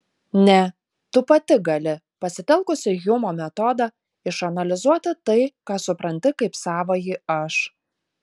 ne tu pati gali pasitelkusi hjumo metodą išanalizuoti tai ką supranti kaip savąjį aš